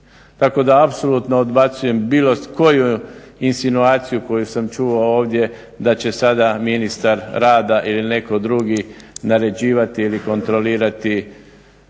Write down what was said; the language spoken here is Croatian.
Tako da apsolutno odbacujem bilo koju insinuaciju koju sam čuo ovdje da će sada ministar rada ili netko drugi naređivati ili kontrolirati